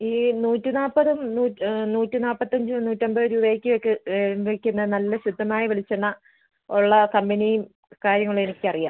ഈ നൂറ്റി നാൽപ്പതും നൂറ്റി നാൽപ്പത്തഞ്ച് നൂറ്റമ്പത് രൂപക്ക് ഒക്കെ വിൽക്കുന്ന നല്ല ശുദ്ധമായ വെളിച്ചെണ്ണ ഉള്ള കമ്പനി കാര്യങ്ങൾ എനിക്ക് അറിയാം